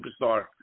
superstar